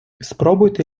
спробуйте